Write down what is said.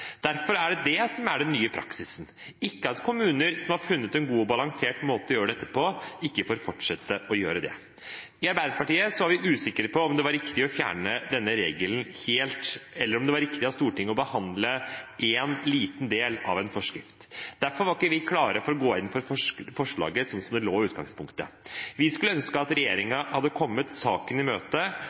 Derfor er det det som er den nye praksisen, ikke at kommuner som har funnet en god og balansert måte å gjøre dette på, ikke får fortsette å gjøre det. I Arbeiderpartiet var vi usikre på om det var riktig å fjerne denne regelen helt, eller om det var riktig av Stortinget å behandle en liten del av en forskrift. Derfor var ikke vi klare for å gå inn for forslaget slik det forelå i utgangspunktet. Vi skulle ønske at regjeringen hadde kommet saken i